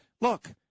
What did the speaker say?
look